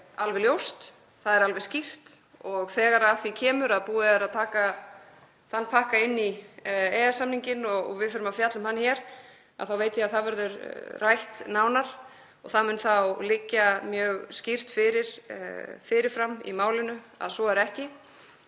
alveg ljóst. Það er alveg skýrt. Þegar að því kemur að búið er að taka þann pakka inn í EES-samninginn og við þurfum að fjalla um hann hér þá veit ég að það verður rætt nánar og það mun þá liggja mjög skýrt fyrir fyrir fram í málinu að svo er ekki.